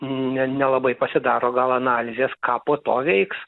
ne nelabai pasidaro gal analizės ką po to veiks